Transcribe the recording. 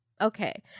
Okay